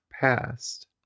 past